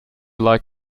like